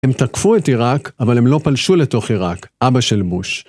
הם תקפו את עיראק, אבל הם לא פלשו לתוך עיראק, אבא של בוש.